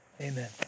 Amen